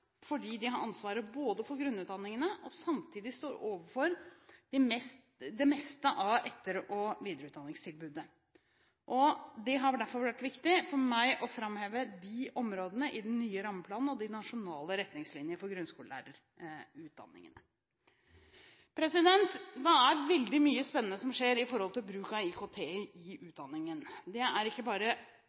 fordi de har ansvaret for grunnutdanningene og samtidig står overfor det meste av etter- og videreutdanningstilbudet. Det har derfor vært viktig for meg å framheve de områdene i den nye rammeplanen og de nasjonale retningslinjene for grunnskoleutdanningene. Det er veldig mye spennende som skjer i forhold til bruk av IKT i utdanningen. Det er ikke bare